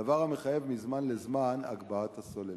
דבר המחייב מזמן לזמן הגבהת הסוללות.